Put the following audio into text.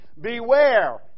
beware